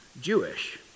Jewish